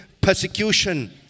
persecution